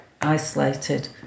isolated